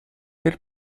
per